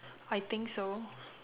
I think so